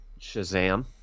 Shazam